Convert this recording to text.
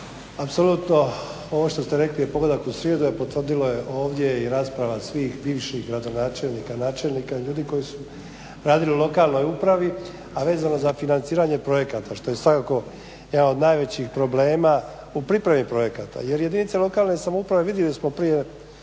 Apsolutno ovo što ste rekli je pogodak u sridu a potvrdilo je ovdje i rasprava svih bivših gradonačelnika, načelnika, ljudi koji su radili u lokalnoj upravi a vezano za financiranje projekata što je svakako jedan od najvećih problema u pripremi projekata. Jer jedinice lokalne samouprave, vidjeli smo prije